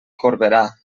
corberà